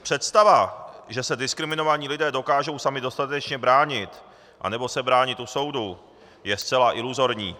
Představa, že se diskriminovaní lidé dokážou sami dostatečně bránit a nebo se bránit u soudu, je zcela iluzorní.